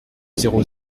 zéro